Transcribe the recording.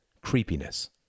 creepiness